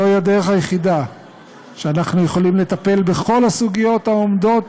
זו הדרך היחידה שאנחנו יכולים לטפל בה בכל הסוגיות העומדות